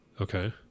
Okay